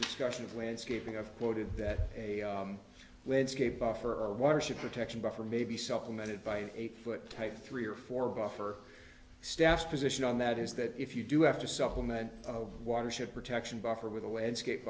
russia of landscaping i've noted that a landscape buffer or water should protection buffer may be supplemented by an eight foot type three or four buffer staff position on that is that if you do have to supplement of watership protection buffer with a landscape